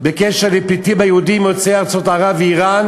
לנושא הפליטים היהודים יוצאי ארצות ערב ואיראן